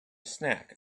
snack